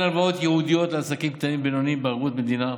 הלוואות ייעודית לעסקים קטנים ובינוניים בערבות מדינה,